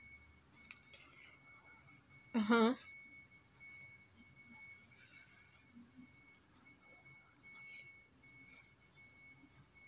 (uh huh)